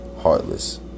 Heartless